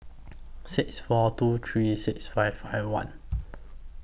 six four two three six five five one